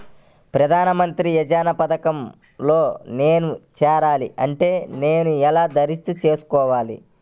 ప్రధాన మంత్రి యోజన పథకంలో నేను చేరాలి అంటే నేను ఎలా దరఖాస్తు చేసుకోవాలి?